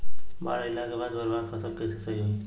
बाढ़ आइला के बाद बर्बाद फसल कैसे सही होयी?